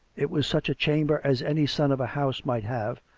it was such a chamber as any son of a house might have,